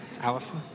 Allison